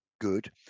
good